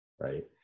right